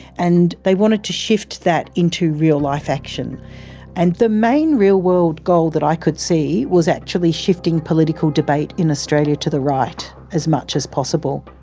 and they wanted to shift that into real life action and the main real world goal that i could see was actually shifting political debate in australia to the right as much as possible.